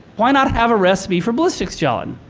why not have a recipe for ballistics gelatin?